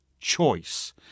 choice